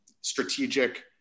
strategic